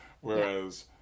Whereas